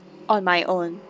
on my own